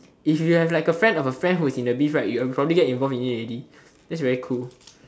if you have like a friend of a friend who is in the beef right you have probably get involved in it already that's very cool